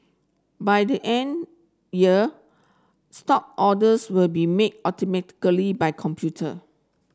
by the end year stock orders will be made automatically by computer